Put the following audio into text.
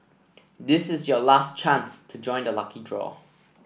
this is your last chance to join the lucky draw